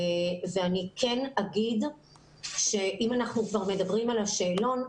אני כן אומר שאם אנחנו כבר מדברים על השאלון,